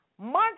Months